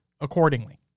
accordingly